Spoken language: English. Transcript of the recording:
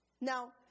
Now